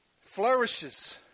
flourishes